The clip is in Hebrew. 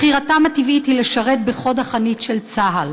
בחירתם הטבעית היא לשרת בחוד החנית של צה"ל.